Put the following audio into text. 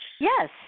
Yes